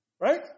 right